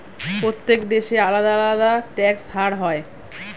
প্রত্যেক দেশে আলাদা আলাদা ট্যাক্স হার হয়